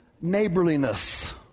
neighborliness